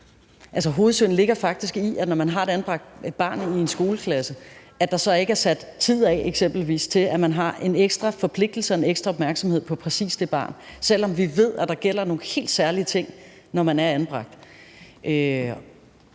Hovedsynden ligger faktisk i, at der, når man har et anbragt barn i en skoleklasse, så eksempelvis ikke er sat tid af til, at man har en ekstra forpligtelse og en ekstra opmærksomhed på præcis det barn, selv om vi ved, at der gælder nogle helt særlige ting, når man er anbragt.